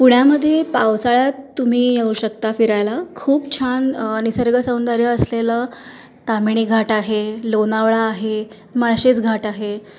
पुण्यामध्ये पावसाळ्यात तुम्ही येऊ शकता फिरायला खूप छान निसर्ग सौंदर्य असलेलं ताम्हिणी घाट आहे लोणावळा आहे माळशेज घाट आहे